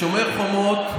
בשומר חומות,